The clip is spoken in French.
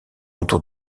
autour